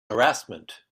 harassment